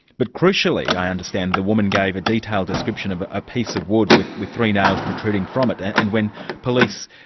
but crucially, i understand, the woman gave a detailed description of a piece of wood with with three nails protruding from it, and and when police,